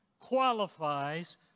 qualifies